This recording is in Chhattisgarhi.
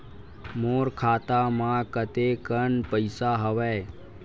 मोर खाता म कतेकन पईसा हवय?